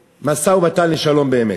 למשא-ומתן לשלום באמת.